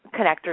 connectors